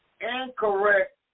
incorrect